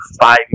five